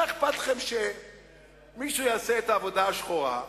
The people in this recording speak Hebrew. מה אכפת לכם שמישהו יעשה את העבודה השחורה.